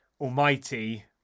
Almighty